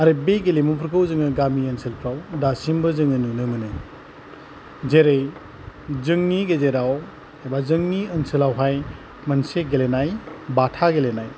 आरो बे गेलेमुफोरखौ जोङो गामि ओनसोलफ्राव दासिमबो जोङो नुनो मोनो जेरै जोंनि गेजेराव एबा जोंनि ओनसोलावहाय मोनसे गेलेनाय बाथा गेलेनाय